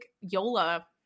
Yola